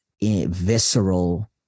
visceral